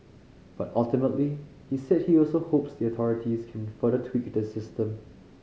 but ultimately he said he also hopes the authorities can further tweak the system